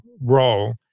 role